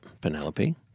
Penelope